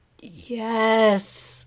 Yes